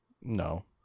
No